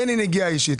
אין לי נגיעה אישית.